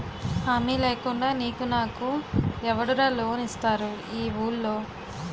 హామీ లేకుండా నీకు నాకు ఎవడురా లోన్ ఇస్తారు ఈ వూళ్ళో?